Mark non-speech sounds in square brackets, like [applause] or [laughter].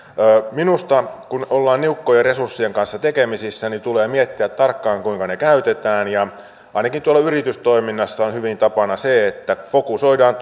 minusta kun ollaan niukkojen resurssien kanssa tekemisissä tulee miettiä tarkkaan kuinka ne käytetään ja ainakin tuolla yritystoiminnassa on hyvin tapana se että fokusoidaan [unintelligible]